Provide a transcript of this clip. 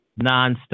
nonstop